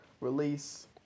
release